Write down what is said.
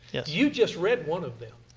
yes. you just read one of them.